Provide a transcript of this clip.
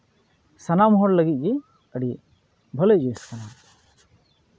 ᱥᱟᱱᱟᱢ ᱦᱚᱲ ᱞᱟᱹᱜᱤᱫ ᱜᱮ ᱟᱹᱰᱤ ᱵᱷᱟᱞᱤ ᱡᱤᱱᱤᱥ ᱠᱟᱱᱟ